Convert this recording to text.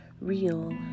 real